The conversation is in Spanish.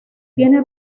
tiene